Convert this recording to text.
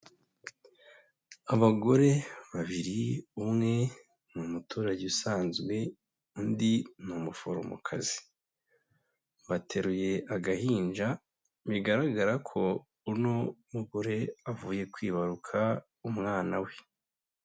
Abagore babiri, umwe ni umuturage usanzwe, undi ni umuforomokazi. Bateruye agahinja, bigaragara ko uno mugore avuye kwibaruka umwana we.